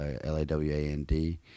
L-A-W-A-N-D